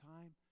time